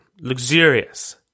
luxurious